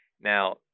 Now